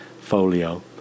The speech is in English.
folio